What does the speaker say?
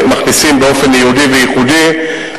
מכניסים באופן ייעודי וייחודי.